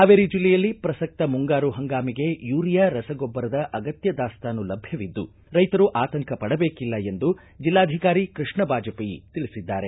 ಹಾವೇರಿ ಜಿಲ್ಲೆಯಲ್ಲಿ ಪ್ರಸಕ್ತ ಮುಂಗಾರು ಹಂಗಾಮಿಗೆ ಯೂರಿಯಾ ರಸಗೊಬ್ಬರದ ಅಗತ್ಯ ದಾಸ್ತಾನು ಲಭ್ಯವಿದ್ದು ರೈತರು ಆತಂಕ ಪಡಬೇಕಿಲ್ಲ ಎಂದು ಜಿಲ್ಲಾಧಿಕಾರಿ ಕೃಷ್ಣ ಬಾಜಪೇಯಿ ತಿಳಿಸಿದ್ದಾರೆ